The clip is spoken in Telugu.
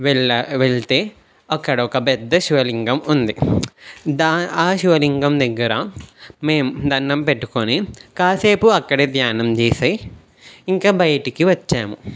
వెళ్ళా వెళ్తే అక్కడ ఒక పెద్ద శివలింగం ఉంది దా ఆ శివలింగం దగ్గర మేము దండం పెట్టుకొని కాసేపు అక్కడే ధ్యానం చేసి ఇంకా బయటికి వచ్చాము